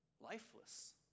lifeless